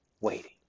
waiting